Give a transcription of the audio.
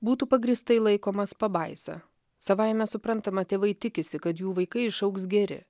būtų pagrįstai laikomas pabaisa savaime suprantama tėvai tikisi kad jų vaikai išaugs geri